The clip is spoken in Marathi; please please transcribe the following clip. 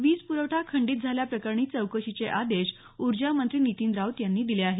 वीज प्रवठा खंडित झाल्याप्रकरणी चौकशीचे आदेश ऊर्जा मंत्री नितीन राऊत यांनी दिले आहेत